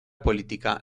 política